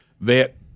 vet